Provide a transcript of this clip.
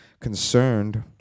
concerned